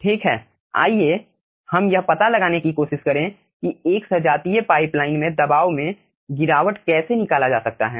ठीक है आइए हम यह पता लगाने की कोशिश करें कि एक सजातीय पाइपलाइन में दबाव में गिरावट कैसे निकाला जा सकता है